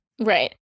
Right